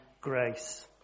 grace